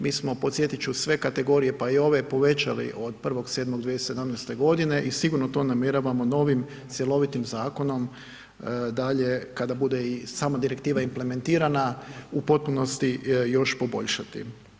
Mi smo, podsjetit ću, sve kategorije pa i ove povećali od 01.07.2017.-te godine, i sigurno to namjeravamo novim cjelovitim Zakonom dalje kada bude i sama Direktiva implementirana, u potpunosti još poboljšati.